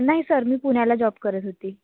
नाही सर मी पुण्याला जॉब करत होते